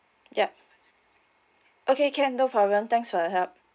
ya okay can no problem thanks for your help